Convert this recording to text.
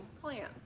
plan